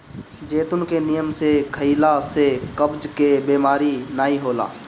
जैतून के नियम से खइला से कब्ज के बेमारी नाइ होला